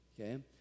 okay